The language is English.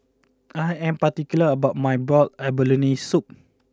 I am particular about my Boiled Abalone Soup